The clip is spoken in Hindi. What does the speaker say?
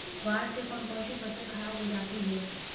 बाढ़ से कौन कौन सी फसल खराब हो जाती है?